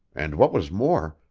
and what was more,